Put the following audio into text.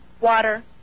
water